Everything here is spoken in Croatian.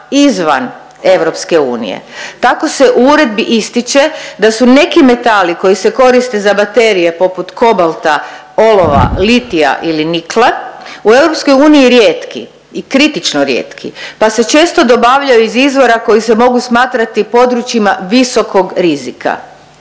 izvan EU. Tako se u uredbi ističe da su neki metali koji se koriste za baterije poput kobalta, olova, litija ili nikla u EU rijetki i kritično rijetki pa se često dobavljaju iz izvora koji se mogu smatrati područjima visokog rizika.